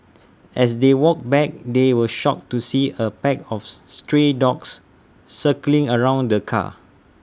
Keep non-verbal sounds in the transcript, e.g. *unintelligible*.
as they walked back they were shocked to see A pack of *unintelligible* stray dogs circling around the car